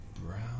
Brown